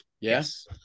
Yes